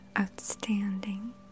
outstanding